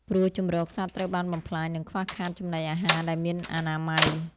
ព្រោះជម្រកសត្វត្រូវបានបំផ្លាញ និងខ្វះខាតចំណីអាហារដែលមានអនាម័យ។